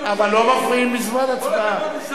אבל לא מפריעים בזמן הצבעה,